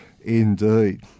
Indeed